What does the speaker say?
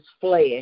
flesh